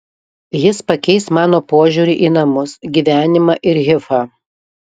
jis pakeis mano požiūrį į namus gyvenimą ir hifą